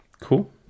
Cool